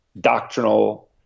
doctrinal